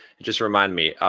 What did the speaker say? just remind me.